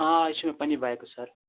آ یہِ چھِ مےٚ پَنٕنی بایَک حظ سَر